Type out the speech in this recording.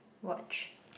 watch